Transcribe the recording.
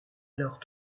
alors